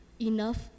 enough